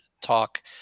talk